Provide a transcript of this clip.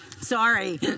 Sorry